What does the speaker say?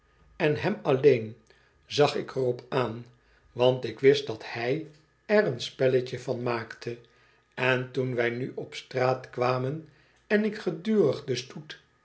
en hem alleen zag ik er op aan want ik wist dat h ij er een spelletje van maakte en toen wij nu op straat kwamen en ik gedurig den stoet